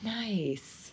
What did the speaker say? Nice